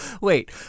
wait